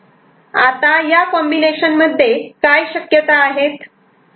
आता या कॉम्बिनेशन मध्ये काय शक्यता आहेत